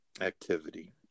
activity